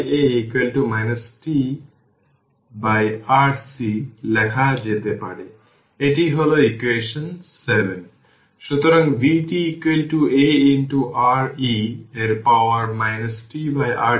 সুতরাং voltage division 5 Ω এবং 15 Ω সিরিজে রয়েছে তাই এটি 1515 5 v হবে যা r vx হবে এই ভোল্টেজটি v